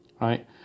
Right